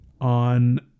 on